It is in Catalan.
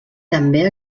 també